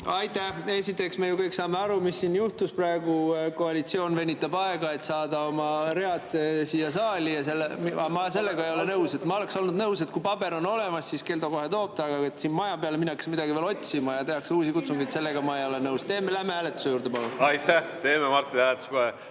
Aitäh! Esiteks, me kõik saame aru, mis siin juhtus praegu: koalitsioon venitab aega, et saada oma read siia saali. Ma sellega ei ole nõus. Ma oleksin olnud nõus, et kui paber on olemas, siis Keldo kohe toob, aga et siin maja peale minnakse midagi otsima ja tehakse uusi kutsungeid, sellega ma nõus ei ole. Läheme hääletuse juurde palun! Aitäh! Teeme, Martin, hääletuse kohe.